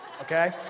Okay